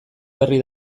berri